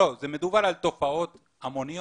זה מדובר על תופעות המוניות,